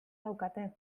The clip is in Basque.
daukate